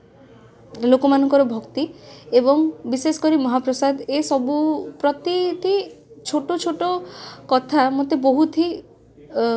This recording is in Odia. ସୀତାଙ୍କୁ ହରଣ କରିବାର କେତେଦିନ ସୀତାଙ୍କୁ ହରଣ କରିବାରେ